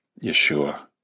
Yeshua